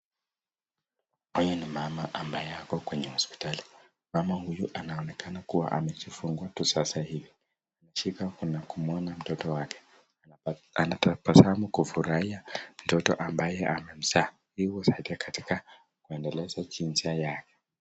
Huyu ni mama ambaye ako kwenye hospitali. Mama huyu anaonekana kuwa amejifungua tu sasa hivi. Anashika kuna kumuona mtoto wake. Anatafuta kusamu kufurahia mtoto ambaye amemzaa. Hiyo saidia katika kuendeleza jinsia yake.